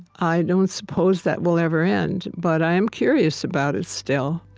i don't suppose that will ever end, but i am curious about it still.